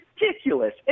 ridiculous